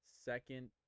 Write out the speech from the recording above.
second